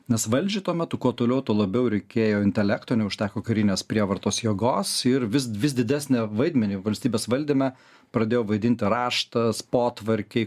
nes valdžiai tuo metu kuo toliau tuo labiau reikėjo intelekto neužteko karinės prievartos jėgos ir vis vis didesnį vaidmenį valstybės valdyme pradėjo vaidinti raštas potvarkiai